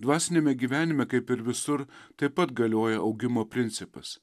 dvasiniame gyvenime kaip ir visur taip pat galioja augimo principas